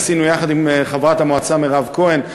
עשינו יחד עם חברת המועצה מירב כהן,